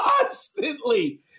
constantly